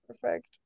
perfect